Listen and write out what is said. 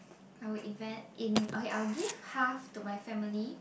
I will invest in okay I will give half to my family